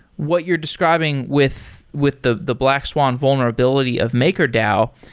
what you're describing with with the the black swan vulnerability of makerdao,